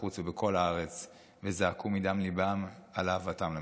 בחוץ ובכל הארץ וזעקו מדם ליבם על אהבתם למדינה.